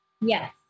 Yes